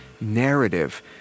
Narrative